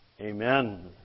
Amen